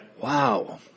Wow